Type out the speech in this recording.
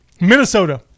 Minnesota